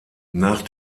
nach